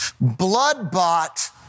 blood-bought